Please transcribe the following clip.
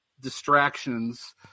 distractions